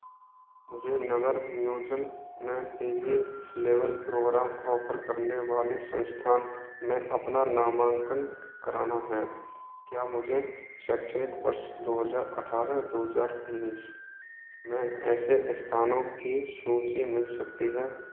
मुझे नगर नियोजन में P G level programme offer करने वाले संस्थान में अपना नामांकन कराना है क्या मुझे शैक्षणिक वर्ष दो हज़ार अठारह दो हज़ार उन्नीस में ऐसे स्थानों की सूची मिल सकती है